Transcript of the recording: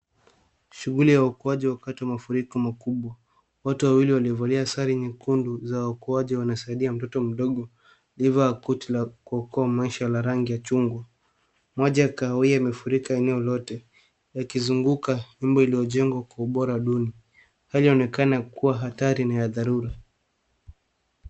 Shughuli ya uokoaji wakati wa mafuriko makubwa. Watu wawili waliovalia sari nyekundu za waokoaji wanasaidia mtoto mdogo. Hivo akuti la kuokoa maisha la rangi ya chungu, moja kaawia yamefurika katika eneo yote, yakizunguka nyumba lililojengwa kwa ubora duni hali inaonekana kuwa ya hatari na ya dharura.